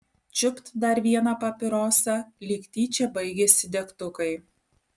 čiupt dar vieną papirosą lyg tyčia baigėsi degtukai